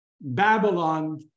Babylon